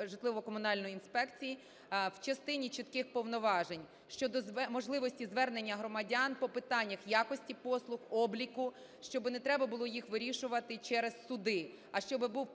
житлово-комунальної інспекції в частині чітких повноважень щодо можливості звернення громадян по питаннях якості послуг, обліку, щоби нетреба було їх вирішувати через суди, а щоби був орган,